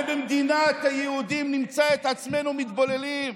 ובמדינת היהודים נמצא את עצמנו מתבוללים?